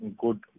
good